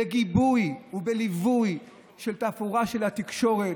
בגיבוי ובליווי תפאורה של התקשורת,